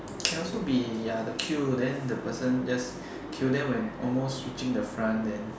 can also be ya the queue then the person just queue then when almost reaching the front then